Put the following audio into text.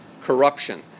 corruption